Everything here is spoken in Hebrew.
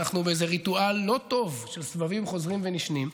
ואנחנו באיזה ריטואל לא טוב של סבבים חוזרים ונשנים.